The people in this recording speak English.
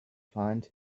find